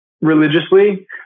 religiously